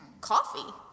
coffee